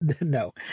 No